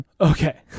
Okay